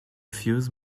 fuse